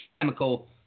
chemical